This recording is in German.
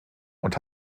und